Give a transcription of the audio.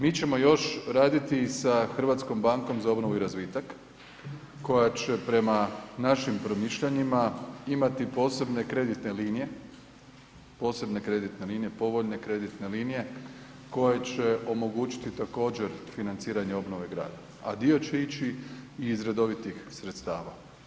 Mi ćemo još raditi sa Hrvatskom bankom za obnovu i razvitak koja će prema našim promišljanjima imati posebne kreditne linije, posebne kreditne linije, povoljne kreditne linije koje će omogućiti također financiranje obnove grada, a dio će ići iz redovitih sredstava.